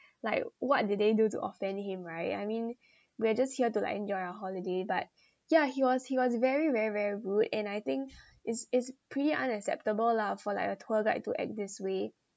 like what did they do to offend him right I mean we are just here to like enjoy our holiday but ya he was he was very very very rude and I think it's it's pretty unacceptable lah for like a tour guide to act this way